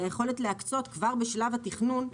היכולת להקצות כבר בשלב התכנון,